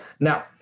Now